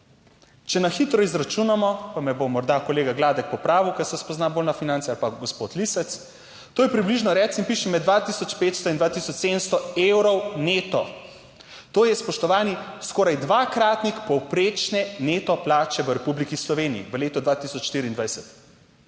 Če na hitro izračunamo, pa me bo morda kolega Gladek popravil, ker se spoznam bolj na finance ali pa gospod Lisec, to je približno, reci in piši, med 2500 in 2700 evrov neto. To je spoštovani, skoraj dvakratnik povprečne neto plače v Republiki Sloveniji v letu 2024,